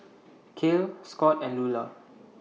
Cael Scott and Lula